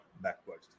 backwards